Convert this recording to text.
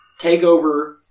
Takeover